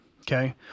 Okay